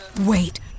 wait